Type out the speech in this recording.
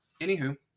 anywho